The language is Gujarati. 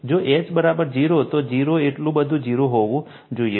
જો H 0 તો તે 0 એટલે બધુ 0 હોવું જોઈએ